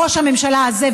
ראש הממשלה הזה,